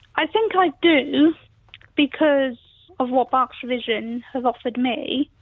i think i do because of what berkshire vision have offered me,